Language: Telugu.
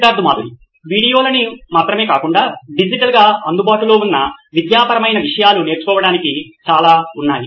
సిద్ధార్థ్ మాతురి సీఈఓ నోయిన్ ఎలక్ట్రానిక్స్ వీడియోలను మాత్రమే కాకుండా డిజిటల్గా అందుబాటులో ఉన్న విద్యాపరమైన విషయాలు నేర్చుకోవడానికి చాలా ఉన్నాయి